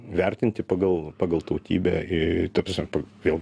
vertinti pagal pagal tautybę i ta prasme vėl